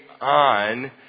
on